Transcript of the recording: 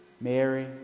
Mary